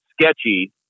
sketchy